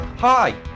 hi